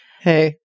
Hey